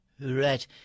Right